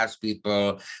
people